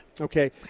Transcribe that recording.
Okay